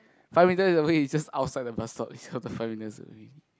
five meters away is just outside the bus stop is not the five meters away